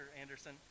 Anderson